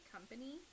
Company